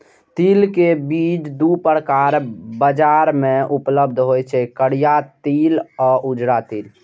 तिल के बीज दू प्रकारक बाजार मे उपलब्ध होइ छै, करिया तिल आ उजरा तिल